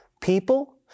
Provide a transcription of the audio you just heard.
People